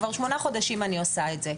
כבר שמונה חודשים אני עושה את זה.